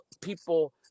people